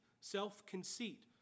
self-conceit